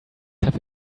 have